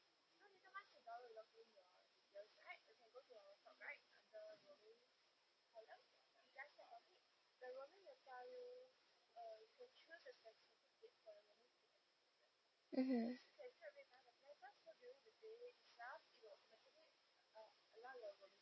mmhmm